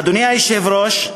אדוני היושב-ראש,